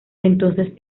entonces